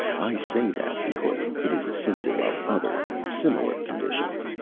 i say that because it is a symptom of other. similar conditions.